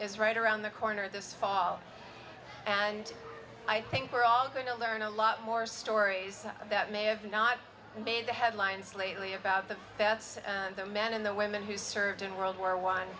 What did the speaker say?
is right around the corner this fall and i think we're all going to learn a lot more stories that may have not made the headlines lately about the deaths of the men in the women who served in world war one